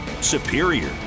Superior